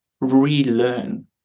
relearn